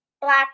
black